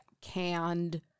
Canned